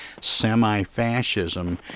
semi-fascism